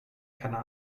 keiner